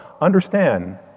understand